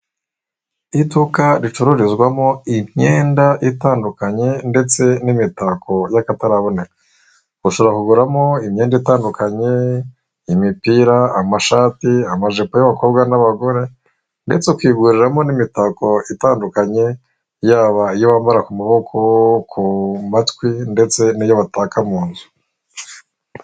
Iduka ricururizwamo imyenda itandukanye ndetse n'imitako y'akataraboneka, ushobora kuguramo imyenda itandukanye imipira, amashati, amajipo y'abakobwa n'abagore ndetse ukiguriramo n'imitako itandukanye, yaba iyo bambara ku maboko, ku matwi ndetse n'iyo bataka mu nzu.